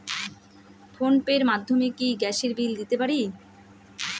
Phone pay র মাধ্যমে কি গ্যাসের বিল দিতে পারি?